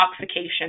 intoxication